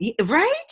Right